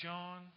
John